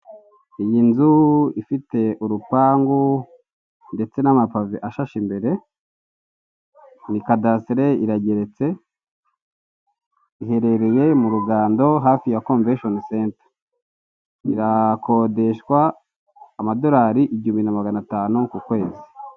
Iyi nzu ifite urupangu ndetse n'amapave ashashe imbere ni kadasitere irageretse iherereye mu rugando hafi ya komvesheni senta, irakodeshwa amadolari igihumbi na magana atanu ku kwezi.